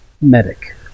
Medic